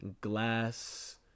glass